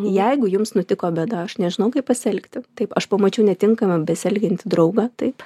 jeigu jums nutiko bėda aš nežinau kaip pasielgti taip aš pamačiau netinkamai besielgiantį draugą taip